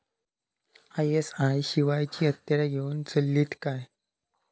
ISI शिवायची हत्यारा घेऊन चलतीत काय?